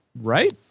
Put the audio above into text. right